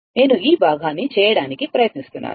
నేను ఈ భాగాన్ని చేయడానికి ప్రయత్నిస్తున్నాను